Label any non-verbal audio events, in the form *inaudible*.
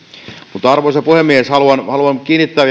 arvoisa puhemies haluan haluan kiinnittää *unintelligible*